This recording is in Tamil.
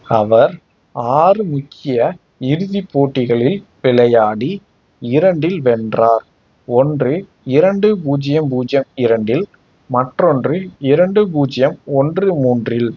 அவர் ஆறு முக்கிய இறுதிப் போட்டிகளில் விளையாடி இரண்டில் வென்றார் ஒன்று இரண்டு பூஜ்ஜியம் பூஜ்ஜியம் இரண்டில் மற்றொன்று இரண்டு பூஜ்ஜியம் ஒன்று மூன்றில்